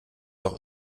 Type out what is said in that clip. auch